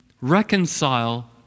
Reconcile